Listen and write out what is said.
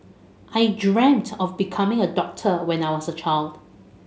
I dreamt of becoming a doctor when I was a child